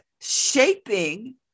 shaping